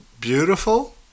beautiful